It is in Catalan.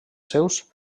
seus